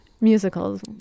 Musicals